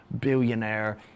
billionaire